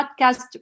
podcast